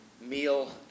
meal